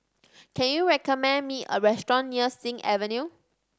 can you recommend me a restaurant near Sing Avenue